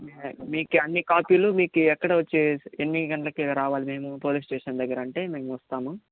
మీకు అన్ని కాపీలు మీకు ఎక్కడ వచ్చి ఎన్ని గంటలకి రావాలి మేము పోలీస్ స్టేషన్ దగ్గర అంటే మేమొస్తాము